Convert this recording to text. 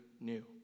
new